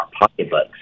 pocketbooks